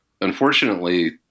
unfortunately